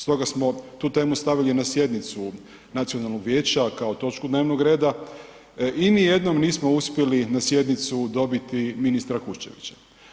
Stoga samo tu temu stavili na sjednicu Nacionalnog vijeća kao točku dnevno reda i ni jednom nismo uspjeli na sjednicu dobiti ministra Kuščevića.